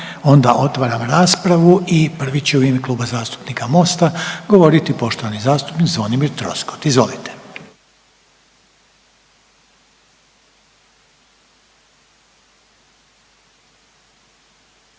onda otvaram raspravu i pri će u ime Kluba zastupnika Mosta govoriti poštovani zastupnik Zvonimir Troskot. Izvolite.